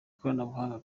koranabuhanga